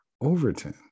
Overton